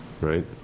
right